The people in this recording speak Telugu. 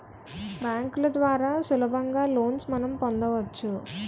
బ్యాంకుల ద్వారా సులభంగా లోన్స్ మనం పొందవచ్చు